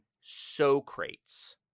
Socrates